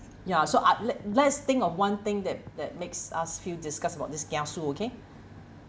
ya so uh let let's think of one thing that that makes us feel disgust about this kiasu okay